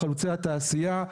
חלוצי התעשייה,